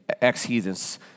Ex-heathens